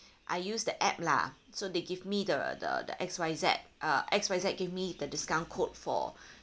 I use the app lah so they give me the the the X Y Z uh X Y Z gave me the discount code for